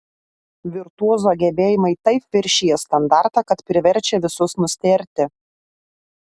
virtuozo gebėjimai taip viršija standartą kad priverčia visus nustėrti